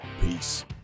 Peace